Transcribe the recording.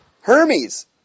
Hermes